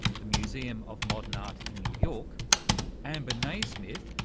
the museum of modern art in new york amber naismith,